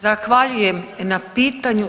Zahvaljujem na pitanju.